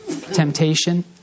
Temptation